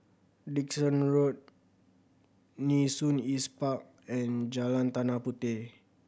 Dickson Road Nee Soon East Park and Jalan Tanah Puteh